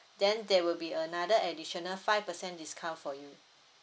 then there will be another additional five percent discount for you